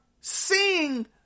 seeing